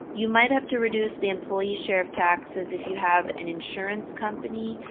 you might have to reduce the employee's share of taxes if you have an insurance company,